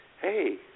hey